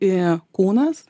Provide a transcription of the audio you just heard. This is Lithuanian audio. į kūnas